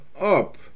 up